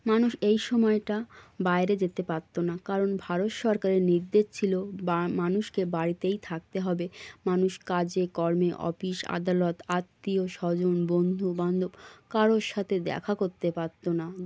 মানুষ এই সময়টা বাইরে যেতে পারতো না কারণ ভারত সরকারের নির্দেশ ছিলো বা মানুষকে বাড়িতেই থাকতে হবে মানুষ কাজে কর্মে অফিস আদালত আত্মীয় স্বজন বন্ধু বান্ধব কারোর সাতে দেখা করতে পারতো না